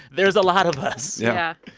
there's a lot of us yeah.